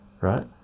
right